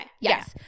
Yes